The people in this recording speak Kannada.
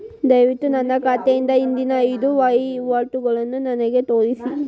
ದಯವಿಟ್ಟು ನನ್ನ ಖಾತೆಯಿಂದ ಹಿಂದಿನ ಐದು ವಹಿವಾಟುಗಳನ್ನು ನನಗೆ ತೋರಿಸಿ